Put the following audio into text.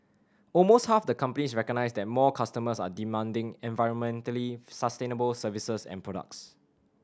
almost half the companies recognise that more customers are demanding environmentally sustainable services and products